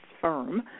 firm